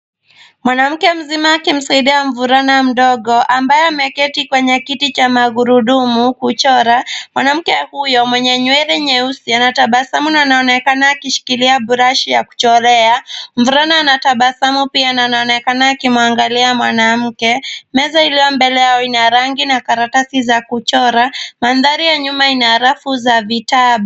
Mwanamke mzima akimsaidia mvulana mdogo ambaye ameketi kwenye kiti cha magurudumu, kuchora. Mwanamke huyo mwenye nywele nyeusi anatabasamu na onekana akishikilia brush ya kuchorea. Mvulana ana tabasamu pia na onekana akimwangalia mwanamke. Meza iliyo mbele yao ina rangi na karatasi za kuchora . Mandhari ya nyuma ina rafu za vitabu.